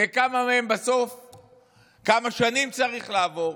וכמה שנים צריך לעבור